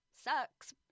sucks